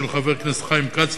של חבר הכנסת חיים כץ,